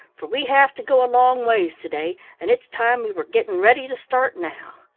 for we have to go a long ways to-day, and it's time we were getting ready to start now.